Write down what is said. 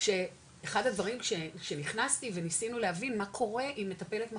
שאחד הדברים כשנכנסתי וניסינו להבין מה קורה עם מטפלת מחליפה,